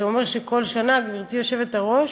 זה אומר שכל שנה, גברתי היושבת-ראש,